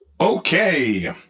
Okay